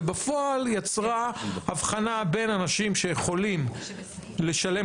ובפועל יצרה הבחנה בין אנשים שיכולים לשלם